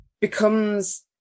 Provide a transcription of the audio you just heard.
becomes